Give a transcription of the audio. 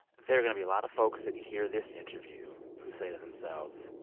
there are going to be a lot of folks that hear this interview who say to themselves,